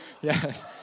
Yes